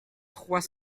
trois